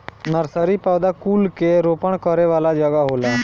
nursery पौधा कुल के रोपण करे वाला जगह होला